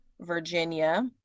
Virginia